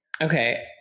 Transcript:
Okay